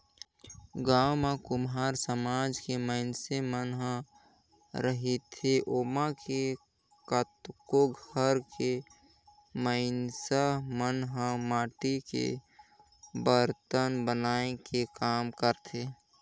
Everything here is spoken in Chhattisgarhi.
गाँव म कुम्हार समाज के मइनसे मन ह रहिथे ओमा के कतको घर के मइनस मन ह माटी के बरतन बनाए के काम करथे